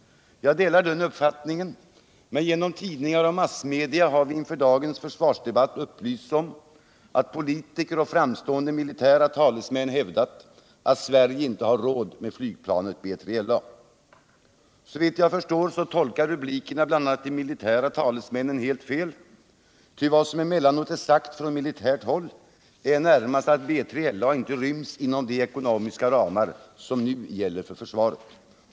Jag delar den uppfattningen. Men genom tidningar och massmedia har vi inför dagens försvarsdebatt upplysts om att politiker och framstående militära talesmän hävdat att Sverige inte har råd med flygplanet B3LA. Såvitt jag förstår tolkar rubrikerna bl.a. de militära talesmännen helt fel, ty vad som emellanåt är sagt från militärt håll är närmast att BILA inte ryms inom de ekonomiska ramar som nu gäller för försvaret.